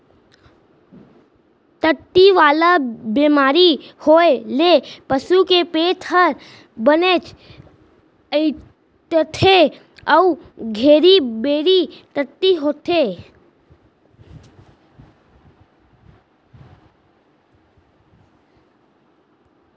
टट्टी वाला बेमारी होए ले पसू के पेट हर बनेच अइंठथे अउ घेरी बेरी टट्टी होथे